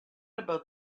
about